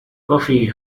buffy